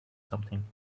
something